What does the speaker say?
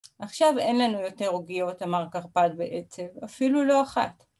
עכשיו אין לנו יותר עוגיות אמר קרפד בעצב, אפילו לא אחת